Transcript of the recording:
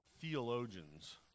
theologians